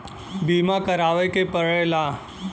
बीमा करावे के पड़ेला